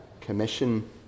commission